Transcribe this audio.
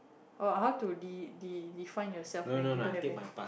oh how to de~ de~ define yourself when you don't have any